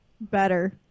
Better